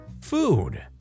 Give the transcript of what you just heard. Food